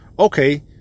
okay